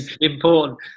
important